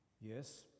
Yes